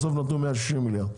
בסוף נתתם 160 מיליארד.